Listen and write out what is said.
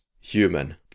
human